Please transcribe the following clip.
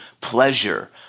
pleasure